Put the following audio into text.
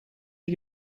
die